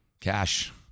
cash